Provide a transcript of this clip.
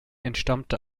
entstammte